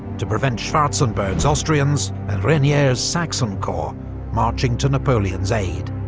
to prevent schwarzenberg's austrians and reynier's saxon corps marching to napoleon's aid.